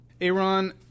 Aaron